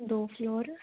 ਦੋ ਫਲੋਰ